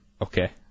Okay